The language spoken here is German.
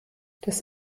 des